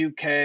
UK